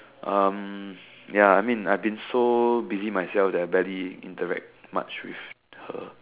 um ya I mean I've been so busy myself that I barely interact much with her